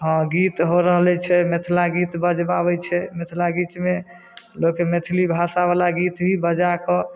हँ गीत हो रहलै छै मिथला गीत बजबाबै छै मिथला गीतमे लोक मैथिली भाषा बला गीत ही बजा कऽ